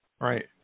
Right